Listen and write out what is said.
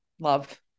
love